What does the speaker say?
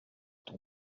ton